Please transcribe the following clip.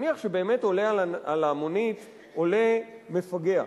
נניח שבאמת למונית עולה מפגע,